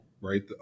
right